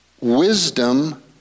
wisdom